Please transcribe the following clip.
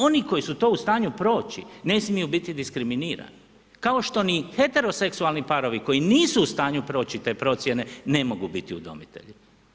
Oni koji su to u stanju proći, ne smiju biti diskriminirani kao što ni heteroseksualni parovi koji nisu u stanju proći te procjene ne mogu biti udomitelji.